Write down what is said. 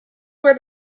where